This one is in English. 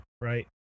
right